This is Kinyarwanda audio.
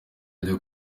ajya